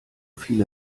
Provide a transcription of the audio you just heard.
viele